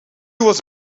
was